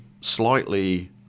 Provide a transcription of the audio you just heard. slightly